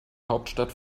hauptstadt